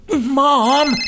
Mom